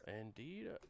Indeed